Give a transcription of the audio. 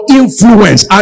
influence